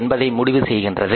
என்பதை முடிவு செய்கின்றது